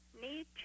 need